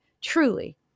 truly